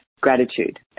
gratitude